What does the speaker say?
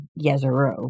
Yezero